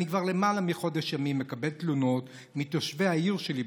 ואני כבר למעלה מחודש ימים מקבל תלונות מתושבי העיר שלי,